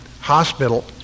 Hospital